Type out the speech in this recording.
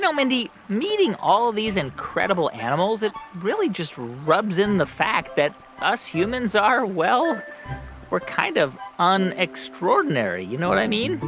mindy, meeting all of these incredible animals, it really just rubs in the fact that us humans are, well we're kind of unextraordinary, you know what i mean.